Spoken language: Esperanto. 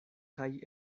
kaj